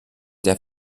der